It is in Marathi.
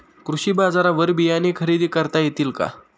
कृषी बाजारवर बियाणे खरेदी करता येतील का?